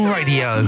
Radio